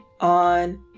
on